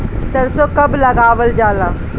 सरसो कब लगावल जाला?